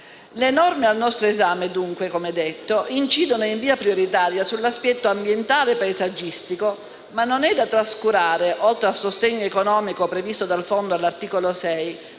Le norme al nostro esame, dunque, incidono in via prioritaria sull'aspetto ambientale-paesaggistico ma non è da trascurare, oltre al sostegno economico previsto dal fondo all'articolo 6